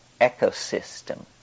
ecosystem